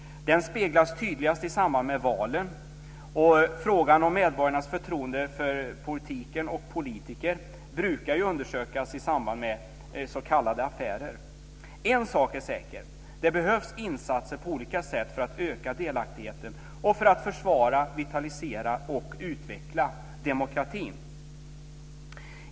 Den speglas tydligast i samband med valen, och frågan om medborgarnas förtroende för politiken och politiker brukar ju undersökas i samband med s.k. affärer. En sak är säker: Det behövs insatser på olika sätt för att öka delaktigheten och för att försvara, vitalisera och utveckla demokratin.